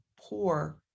poor